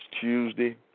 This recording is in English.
Tuesday